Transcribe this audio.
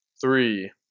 three